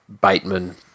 Bateman